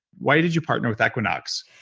why did you partner with equinox?